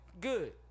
Good